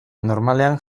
normalean